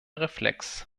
reflex